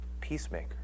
peacemaker